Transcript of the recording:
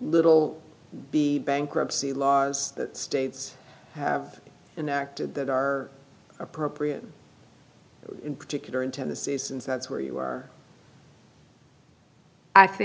little the bankruptcy laws that states have enacted that are appropriate in particular in tennessee since that's where you are i think